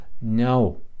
No